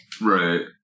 Right